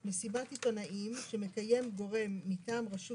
מסיבת עיתונאים שמקיים גורם מטעם רשות